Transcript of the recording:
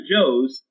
Joe's